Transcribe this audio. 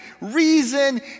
reason